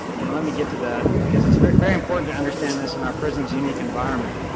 and let me get to that, because it's very very important to understand this in our prison's unique environment.